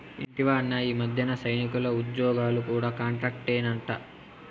ఇంటివా అన్నా, ఈ మధ్యన సైనికుల ఉజ్జోగాలు కూడా కాంట్రాక్టేనట